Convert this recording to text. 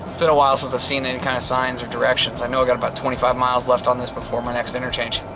been a while since i've seen any kind of signs or directions, i know i've got about twenty five miles left here on this before my next interchange.